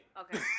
Okay